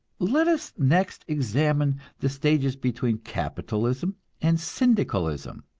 let us next examine the stages between capitalism and syndicalism.